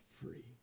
free